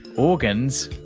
organs,